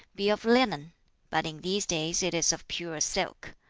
be of linen but in these days it is of pure silk.